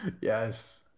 Yes